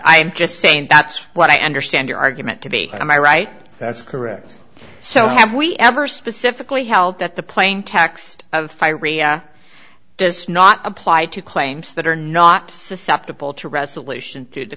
i'm just saying that's what i understand your argument to be i am i right that's correct so have we ever specifically help that the plaintext of fire does not apply to claims that are not susceptible to resolution to the